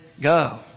go